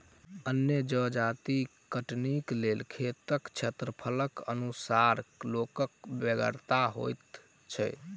अन्न जजाति कटनीक लेल खेतक क्षेत्रफलक अनुसार लोकक बेगरता होइत छै